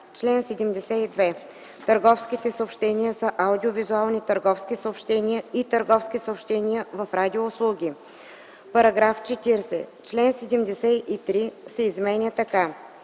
„Чл. 72. Търговските съобщения са аудио-визуални търговски съобщения и търговски съобщения в радиоуслуги.” „§ 40. Чл. 73 се изменя така: